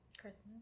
Christmas